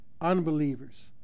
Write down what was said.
unbelievers